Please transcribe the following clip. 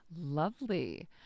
Lovely